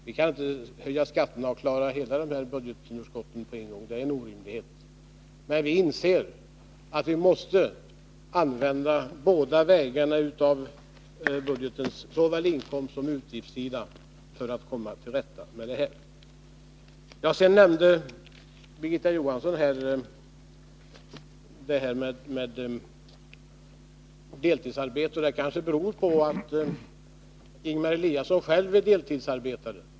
Vi kan inte höja skatterna och klara hela budgetunderskottet på en gång — det är en orimlighet — men vi inser att vi måste använda båda vägarna, såväl budgetens inkomstsom dess utgiftssida, för att komma till rätta med det. Så nämnde Birgitta Johansson deltidsarbete. Ingemar Eliasson är ju själv deltidsarbetare.